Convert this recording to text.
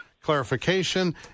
clarification